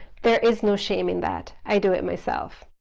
there is no shame in that. i do it myself.